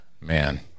man